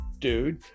dude